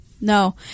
No